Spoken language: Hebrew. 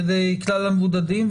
כלל המבודדים,